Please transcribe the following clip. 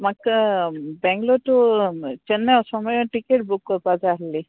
म्हाका बेंगलोर टू चेन्नाय वोसों मुरे टिकेट बूक कोरपा जाय आहली